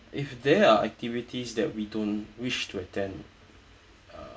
if there are activities that we don't wish to attend uh